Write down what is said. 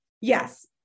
yes